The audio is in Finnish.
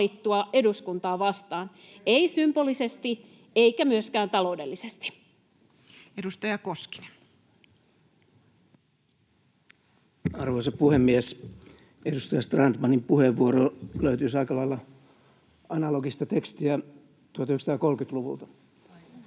valittua eduskuntaa vastaan — ei symbolisesti eikä myöskään taloudellisesti. Edustaja Koskinen. Arvoisa puhemies! Edustaja Strandmanin puheenvuorolle löytyisi aika lailla analogista tekstiä 1930-luvulta: oli